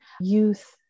youth